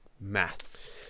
maths